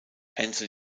enzo